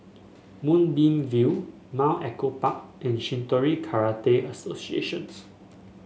Moonbeam View Mount Echo Park and Shitoryu Karate Associations